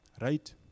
Right